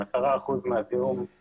10% מהזיהום החלקיקי